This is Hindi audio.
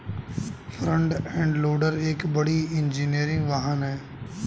फ्रंट एंड लोडर एक बड़ा इंजीनियरिंग वाहन है